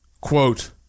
quote